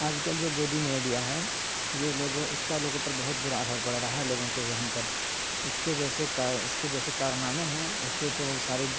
آج کل جو گودی میڈیا ہے یہ لوگوں اس کا لوگوں پر بہت برا اثر پڑ رہا ہے لوگوں کے ذہن پر اس کے جیسے کارن اس کے جیسے کارنامے ہیں اس سے تو سارے